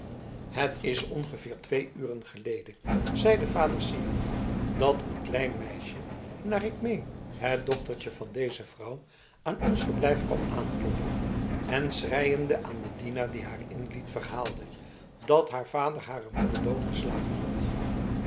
het is ongeveer twee uren geleden zeide vader syard dat een klein meisje naar ik meen het dochtertje van deze vrouw aan ons verblijf kwam aankloppen en schreiende aan den dienaar die haar inliet verhaalde dat haar vader hare moeder doodgeslagen had